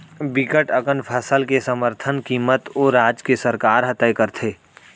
बिकट अकन फसल के समरथन कीमत ओ राज के सरकार ह तय करथे